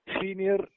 senior